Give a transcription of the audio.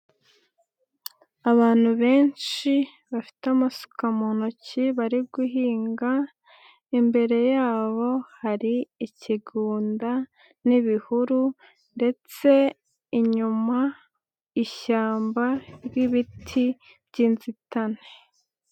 Abantu benshi bafite amasuka mu ntoki bari guhinga, imbere yabo hari ikigunda n'ibihuru ndetse inyuma ishyamba ry'ibiti by'inzitane.